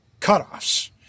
cutoffs